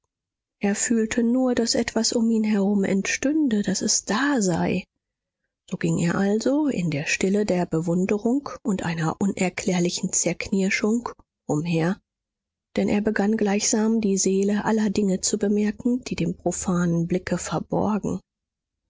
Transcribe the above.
er fühlte nur daß etwas um ihn herum entstünde daß es da sei so ging er also in der stille der bewunderung und einer unerklärlichen zerknirschung umher denn er begann gleichsam die seele aller dinge zu bemerken die dem profanen blicke verborgen